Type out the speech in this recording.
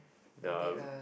the